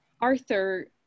Arthur